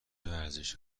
ورزش